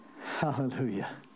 Hallelujah